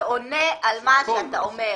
זה עונה על מה שאתה אומר.